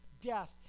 death